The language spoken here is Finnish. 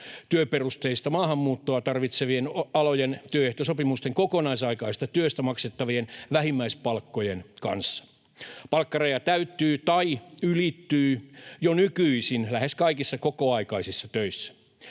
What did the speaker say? työperusteista maahanmuuttoa tarvitsevien alojen työehtosopimusten kokoaikaisesta työstä maksettavien vähimmäispalkkojen kanssa. Palkkaraja täyttyy tai ylittyy jo nykyisin lähes kaikissa kokoaikaisissa töissä.